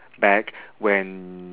back when